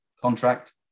contract